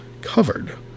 covered